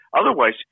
Otherwise